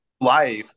life